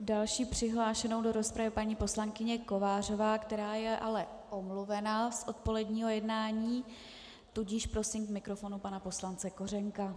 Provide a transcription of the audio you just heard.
Další přihlášenou do rozpravy je paní poslankyně Kovářová, která je ale omluvena z odpoledního jednání, tudíž prosím k mikrofonu pana poslance Kořenka.